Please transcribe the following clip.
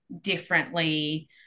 differently